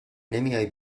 نمیای